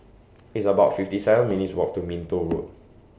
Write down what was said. It's about fifty seven minutes' Walk to Minto Road